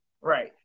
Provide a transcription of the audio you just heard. right